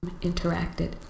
interacted